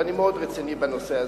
ואני מאוד רציני בנושא הזה.